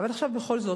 אבל עכשיו בכל זאת,